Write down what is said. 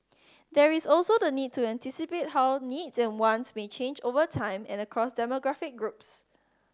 there is also the need to anticipate how needs and wants may change over time and across demographic groups